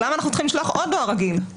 אז למה אנחנו צריכים לשלוח עוד דואר רגיל?